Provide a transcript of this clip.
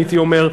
הייתי אומר,